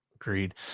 Agreed